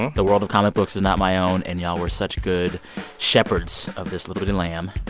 the world of comic books is not my own, and y'all we're such good shepherds of this little, bitty lamb.